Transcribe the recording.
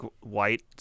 white